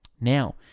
Now